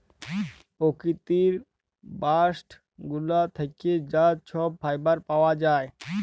পকিতির বাস্ট গুলা থ্যাকে যা ছব ফাইবার পাউয়া যায়